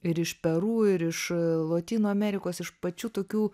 ir iš peru ir iš lotynų amerikos iš pačių tokių